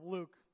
Luke